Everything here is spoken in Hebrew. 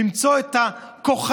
למצוא את הכוחנות,